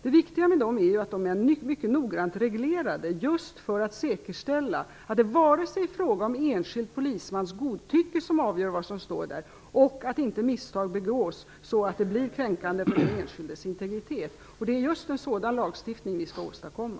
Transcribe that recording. Det viktiga med dem är att de är mycket noggrant reglerade just för att säkerställa att det inte är enskild polismans godtycke som avgör vad som står där och för att säkerställa att misstag som är kränkande för den enskildes integritet inte begås. Det är just en sådan lagstiftning vi skall åstadkomma.